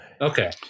okay